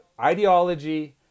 ideology